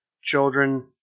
children